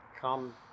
come